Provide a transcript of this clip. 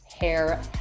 hair